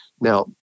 Now